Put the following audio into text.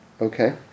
Okay